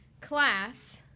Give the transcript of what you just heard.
class